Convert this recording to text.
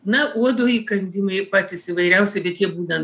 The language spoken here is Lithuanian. na uodo įkandimai patys įvairiausi bet jie būna